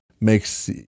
Makes